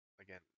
Again